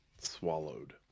Swallowed